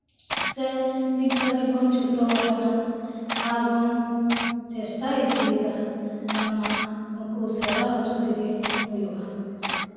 ᱥᱮ ᱱᱤᱛ ᱫᱷᱟᱹᱵᱤᱡ ᱵᱚᱱ ᱪᱷᱴᱟᱹᱣ ᱟᱠᱟᱱᱟ ᱟᱨᱵᱚᱱ ᱪᱮᱥᱴᱟ ᱤᱫᱤᱭᱮᱫᱟ ᱵᱟᱝᱢᱟ ᱱᱩᱠᱩ ᱥᱮᱲᱟ ᱦᱚᱪᱚ ᱛᱮᱜᱮ ᱦᱩᱭᱩᱜᱼᱟ